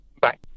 Bye